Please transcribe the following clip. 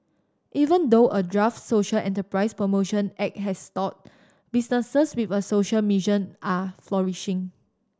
even though a draft social enterprise promotion act has stalled businesses with a social mission are flourishing